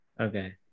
Okay